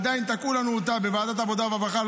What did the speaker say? עדיין תקעו לנו אותה בוועדת העבודה והרווחה,